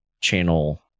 channel